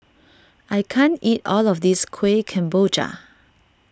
I can't eat all of this Kuih Kemboja